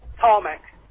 Tarmac